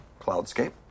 cloudscape